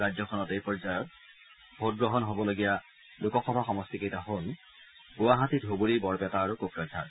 ৰাজ্যখনত এই পৰ্যায়ত ভোটগ্ৰহণ অনুষ্ঠিত হবলগীয়া লোকসভা সমষ্টি কেইটা হ'ল গুৱাহাটী ধুবুৰী বৰপেটা আৰু কোকৰাঝাৰ